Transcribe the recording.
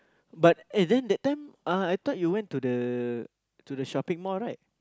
but eh then that then uh at time I thought you went to the to the shopping mall right